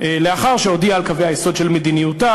לאחר שהודיעה על קווי היסוד של מדיניותה,